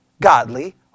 godly